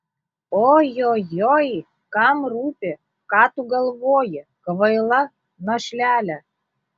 ojojoi kam rūpi ką tu galvoji kvaila našlele